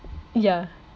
ya